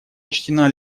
учтена